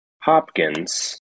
Hopkins